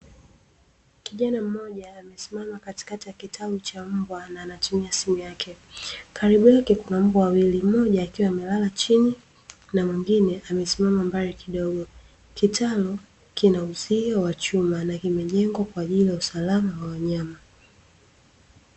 Kijana mmoja amesimama katikati ya kitalu cha mbwa na anatumia simu yake, karibu yake kuna mbwa wawili; mmoja akiwa amelala chini na mwingine amesimama mbali kidogo, kitalu kina uzio wa chuma na kimejengwa kwa ajili ya usalama wa wanyama.